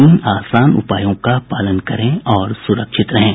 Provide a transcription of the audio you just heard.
तीन आसान उपायों का पालन करें और सुरक्षित रहें